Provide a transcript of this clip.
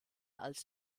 als